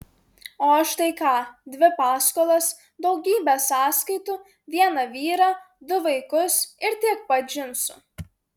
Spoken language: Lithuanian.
o aš tai ką dvi paskolas daugybę sąskaitų vieną vyrą du vaikus ir tiek pat džinsų